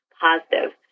positive